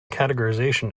categorization